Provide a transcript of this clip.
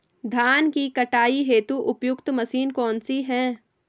धान की कटाई हेतु उपयुक्त मशीन कौनसी है?